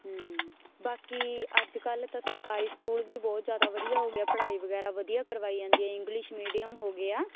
ਬਾਕੀ ਅੱਜ ਕੱਲ ਤਾਂ ਸਰਕਾਰੀ ਸਕੂਲ ਵੀ ਬਹੁਤ ਜਿਆਦਾ ਵਧੀਆ ਹੋ ਗਿਆ ਪੜ੍ਹਾਈ ਵਗੈਰਾ ਵਧੀਆ ਕਰਵਾਈ ਜਾਂਦੀ ਆ ਇੰਗਲਿਸ਼ ਮੀਡੀਅਮ ਹੋ ਗਿਆ